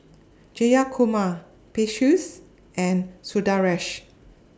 Jayakumar Peyush and Sundaresh